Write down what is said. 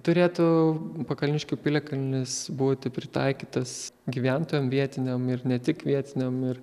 turėtų pakalniškių piliakalnis būti pritaikytas gyventojam vietiniam ir ne tik vietiniam ir